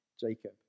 Jacob